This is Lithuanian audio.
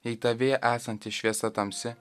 jei tavyje esanti šviesa tamsi